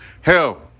Hell